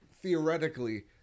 theoretically